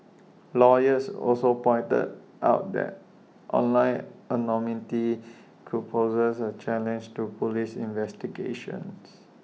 lawyers also pointed out that online anonymity could poses A challenge to Police investigations